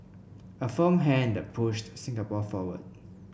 a firm hand that pushed Singapore forward